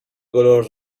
color